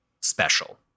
special